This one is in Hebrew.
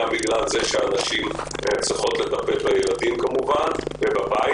גם בגלל שהנשים צריכות לטפל בילדים ובבית,